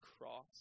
cross